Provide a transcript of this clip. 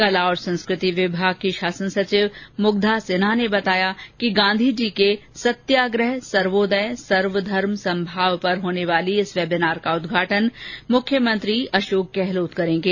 कला और संस्कृति विभाग की शासन सचिव मुग्धा सिन्हा ने बताया कि गांधीजी के सत्याग्रह सर्वोदय सवधर्म समभाव पर होने वाली इस वेबिनार का उद्घाटन मुख्यमन्त्री अशोक गहलोत करेंगे